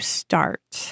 start